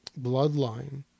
Bloodline